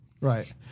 Right